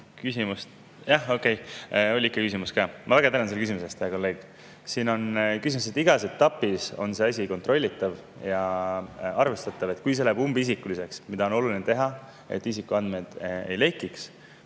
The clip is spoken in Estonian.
küsimust … Jah, okei, oli ikka küsimus ka. Ma väga tänan selle küsimuse eest, hea kolleeg. Siin on nii, et igas etapis on see asi kontrollitav ja arvestatav. Kui see läheb umbisikuliseks, mis on oluline selleks, et isikuandmed ei lekiks,